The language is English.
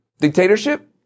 Dictatorship